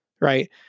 right